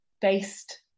based